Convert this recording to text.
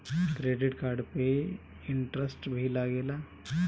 Credit card पे interest भी लागेला?